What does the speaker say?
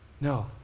no